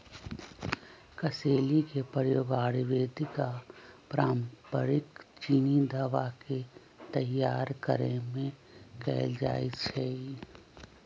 कसेली के प्रयोग आयुर्वेदिक आऽ पारंपरिक चीनी दवा के तइयार करेमे कएल जाइ छइ